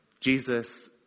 Jesus